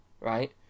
right